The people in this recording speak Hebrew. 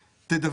דהיינו,